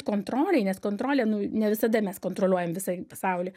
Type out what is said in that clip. kontrolėj nes kontrolė nu ne visada mes kontroliuojam visą pasaulį